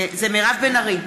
זה מירב בן ארי.